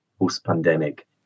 post-pandemic